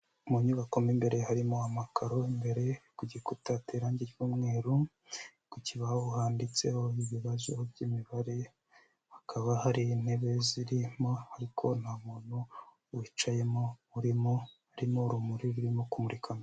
Mu nyubako mo imbere harimo amakaro imbere ku gikuta hateye irangi ry'umweru ku kibaho handitseho ibibazo by'imibare hakaba hari intebe zirimo ariko nta muntu wicayemo urimo harimo urumuri rurimo kumurikamo.